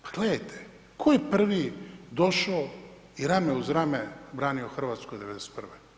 Pa gledajte, tko je prvi došao i rame uz rame branio Hrvatsku 1991.